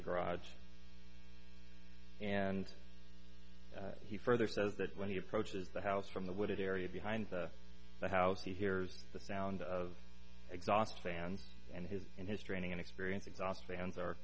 the garage and he further says that when he approaches the house from the wooded area behind the house he hears the sound of exhaust fan and his in his training and experience exhaust fans are